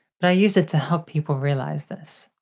but, i use it to help people realize this.